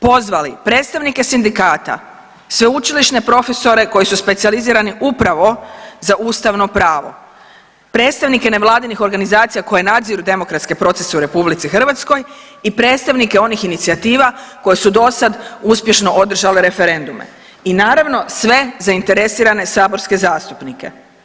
Pozvali predstavnike sindikata, sveučilišne profesore koji su specijalizirani upravo za ustavno pravo, predstavnike nevladinih organizacija koje nadziru demokratske procese u RH i predstavnike onih inicijative koje su dosada uspješno održale referendume i naravno sve zainteresirane sve saborske zastupnike.